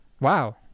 Wow